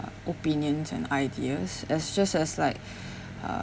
opinions and ideas as just as like uh